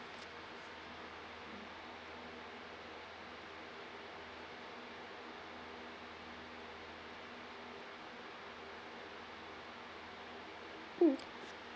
mm